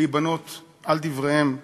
להיבנות על דבריהם.